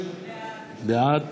בעד